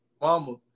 mama